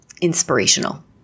inspirational